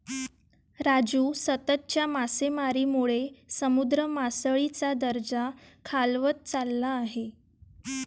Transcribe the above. राजू, सततच्या मासेमारीमुळे समुद्र मासळीचा दर्जा खालावत चालला आहे